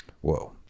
Whoa